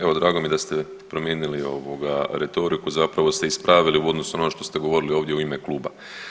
Evo drago mi je da ste promijenili ovoga retoriku, zapravo ste ispravili u odnosu na ono što ste govorili ovdje u ime kluba.